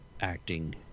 acting